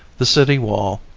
the city wall,